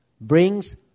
Brings